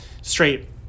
straight